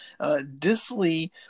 Disley